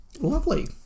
Lovely